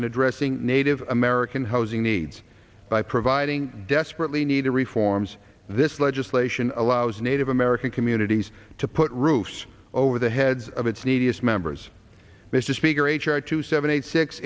in addressing native american housing needs by providing desperately needed reforms this legislation allows native american communities to put roofs over the heads of its neediest members mr speaker h r two seven eight six